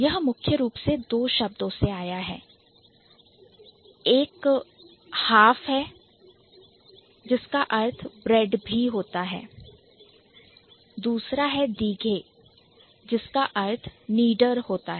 यह मुख्य रूप से 2 शब्दों से आया है एक half हाफ है जिसका अर्थ bread ब्रेड भी होता है दूसरा है dighe जिसका अर्थ है Kneader नीडर होता है